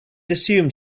assumed